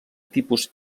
tipus